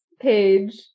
page